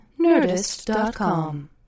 Nerdist.com